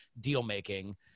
deal-making